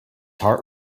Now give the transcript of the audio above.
heart